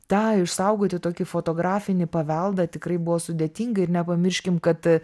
tą išsaugoti tokį fotografinį paveldą tikrai buvo sudėtinga ir nepamirškim kad